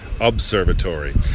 Observatory